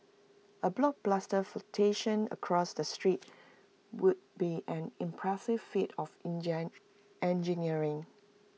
A blockbuster flotation across the strait would be an impressive feat of engineering